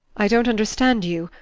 i don't understand you.